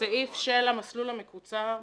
לסעיף של המסלול המקוצר.